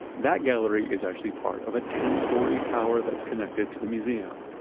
that gallery is actually part of a ten story tower that's connected to the museum.